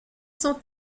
son